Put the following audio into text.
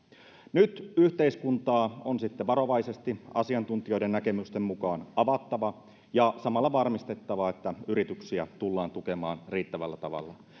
nyt yhteiskuntaa on sitten varovaisesti asiantuntijoiden näkemysten mukaan avattava ja samalla varmistettava että yrityksiä tullaan tukemaan riittävällä tavalla